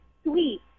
Sweet